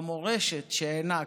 במורשת שהענקת,